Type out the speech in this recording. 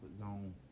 zone